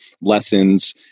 lessons